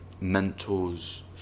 mentors